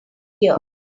hear